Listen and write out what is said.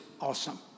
awesome